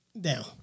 down